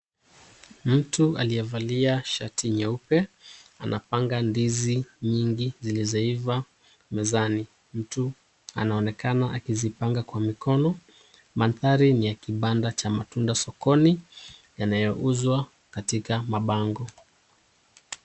Mtu aliyevalia shati nyeupe, anapanga ndizi nyingi zilizoiva mezani. Mtu anaonekana akizipanga kwa mikono. Mandhari ni ya kibanda cha matunda sokoni yanayouzwa katika mabango.